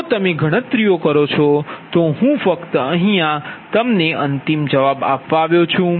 જો તમે ગણતરી કરો તો હું ફક્ત અંતિમ જવાબ આપું છું